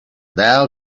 thou